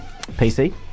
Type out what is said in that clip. PC